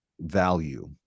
value